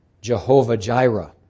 Jehovah-Jireh